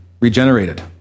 regenerated